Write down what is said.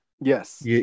yes